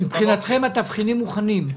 מבחינתכם התבחינים מוכנים?